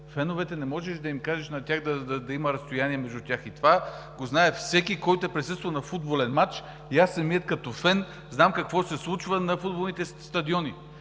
театри. Не можеш да кажеш на феновете да има разстояние между тях и това го знае всеки, който е присъствал на футболен мач. И аз самият като фен знам какво се случва на футболните стадиони.